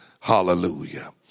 Hallelujah